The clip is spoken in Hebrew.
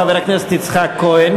חבר הכנסת יצחק כהן?